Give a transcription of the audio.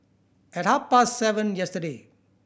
at half past seven yesterday